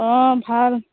অ' ভাল